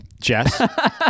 Jess